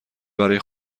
برای